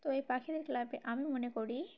তো এই পাখিদের ক্লাবে আমি মনে করি